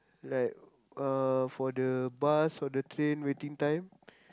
like uh for the bus for the train waiting time